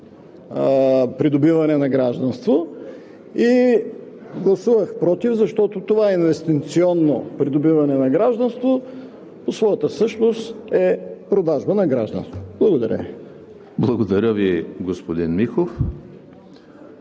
придобиване на гражданство“ и гласувах против, защото това „инвестиционно придобиване на гражданство“ по своята същност е продажба на гражданство. Благодаря Ви. ПРЕДСЕДАТЕЛ ЕМИЛ